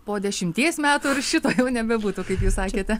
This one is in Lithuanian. po dešimties metų ir šito jau nebebūtų kaip jūs sakėte